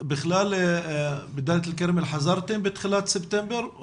בכלל בדלית אל כרמל חזרתם בתחילת ספטמבר?